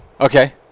Okay